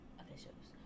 officials